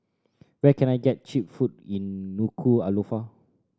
where can I get cheap food in Nuku'alofa